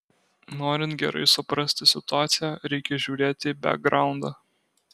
norint gerai suprasti situaciją reikia žiūrėti į bekgraundą